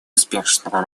успешного